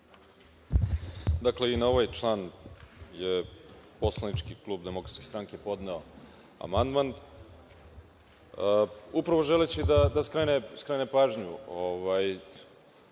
Dakle, i na ovaj član je poslanički klub DS podneo amandman, upravo želeći da skrene pažnju